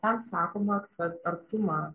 ten sakoma kad artumą